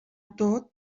tot